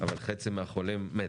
אבל חצי מהחולים מתו.